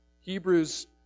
Hebrews